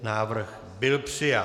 Návrh byl přijat.